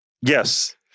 Yes